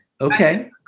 okay